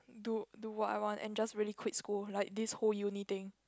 do do what I want and just really quit school like this whole uni thing